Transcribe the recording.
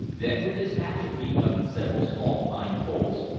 then with his hatchet he cut several small pine poles,